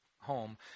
home